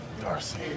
Darcy